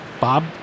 Bob